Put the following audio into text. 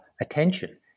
attention